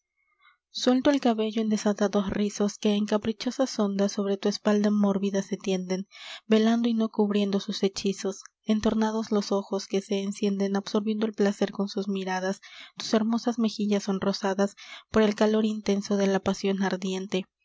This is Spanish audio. suelto el cabello en desatados rizos que en caprichosas ondas sobre tu espalda mórbida se tienden velando y no cubriendo sus hechizos entornados los ojos que se encienden absorbiendo el placer con sus miradas tus hermosas mejillas sonrosadas por el calor intenso de la pasion ardiente